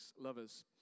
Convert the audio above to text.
lovers